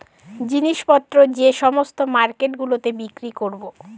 জিনিস পত্র যে সমস্ত মার্কেট গুলোতে বিক্রি করবো